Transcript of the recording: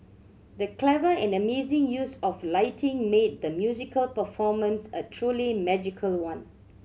the clever and amazing use of lighting made the musical performance a truly magical one